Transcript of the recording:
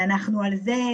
אנחנו על זה,